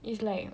it's like